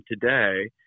today